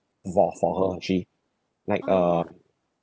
for for her ah she like um